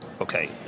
Okay